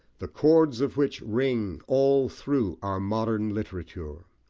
the chords of which ring all through our modern literature.